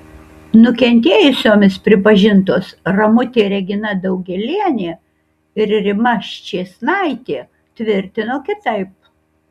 nukentėjusiomis pripažintos ramutė regina daugėlienė ir rima ščėsnaitė tvirtino kitaip